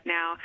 Now